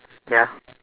ya